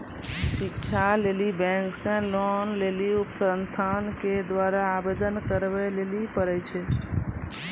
शिक्षा लेली बैंक से लोन लेली उ संस्थान के द्वारा आवेदन करबाबै लेली पर छै?